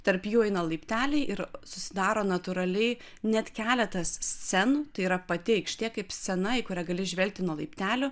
tarp jų eina laipteliai ir susidaro natūraliai net keletas scenų tai yra pati aikštė kaip scena į kurią gali žvelgti nuo laiptelių